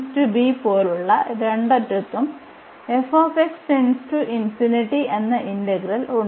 x→ax→b പോലെയുള്ള രണ്ടറ്റത്തും f→∞ എന്ന ഇന്റഗ്രൽ ഉണ്ട്